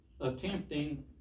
attempting